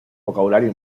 vocabulario